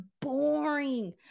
boring